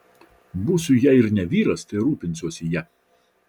būsiu jei ir ne vyras tai rūpinsiuosi ja